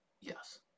Yes